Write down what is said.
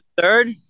third